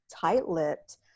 Tight-lipped